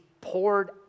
poured